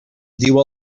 diu